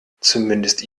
zumindest